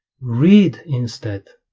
read instead,